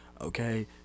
okay